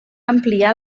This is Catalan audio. ampliar